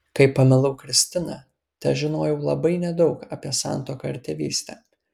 kai pamilau kristiną težinojau labai nedaug apie santuoką ir tėvystę